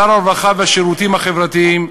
שר הרווחה והשירותים החברתיים,